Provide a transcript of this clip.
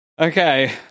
Okay